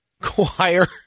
choir